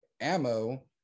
ammo